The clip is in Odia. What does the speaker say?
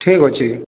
ଠିକ୍ ଅଛି